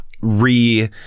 re